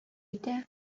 итә